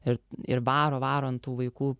ir ir varo varo ant tų vaikų